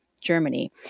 germany